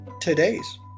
today's